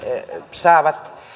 saavat